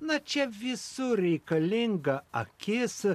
na čia visur reikalinga akis